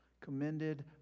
Commended